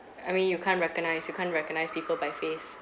I mean you can't recognize you can't recognize people by face